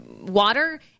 water